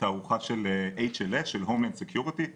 תערוכה של HLS של home and security,